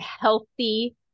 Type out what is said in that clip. healthy